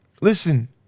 Listen